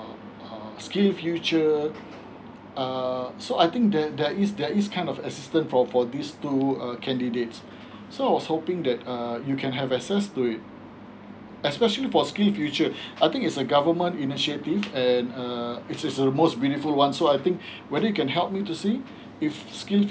or skillsfuture um uh so I think that that is that is kind of assistant for for this two candidates so I was hoping that uh you can have access to it especially for skillsfuture I think is a government initiative and uh which is almost river one so I think whether you can help me to see if skillsfuture